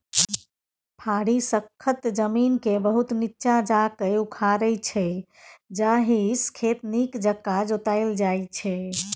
फारी सक्खत जमीनकेँ बहुत नीच्चाँ जाकए उखारै छै जाहिसँ खेत नीक जकाँ जोताएल जाइ छै